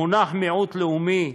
המונח "מיעוט לאומי"